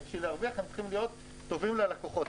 כדי להרוויח, הם צריכים להיות טובים ללקוחות.